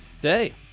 day